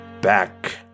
back